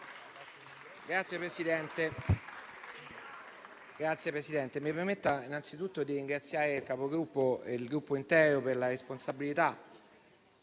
Signor Presidente, mi permetta innanzitutto di ringraziare il Capogruppo e il Gruppo intero per la responsabilità